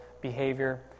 behavior